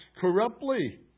corruptly